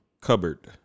cupboard